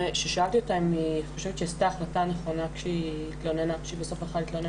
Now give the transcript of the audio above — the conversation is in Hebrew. כששאלתי אותה אם היא חושבת שהיא עשתה החלטה נכונה כשהיא התלוננה במשטרה